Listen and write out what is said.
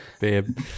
babe